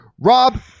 Rob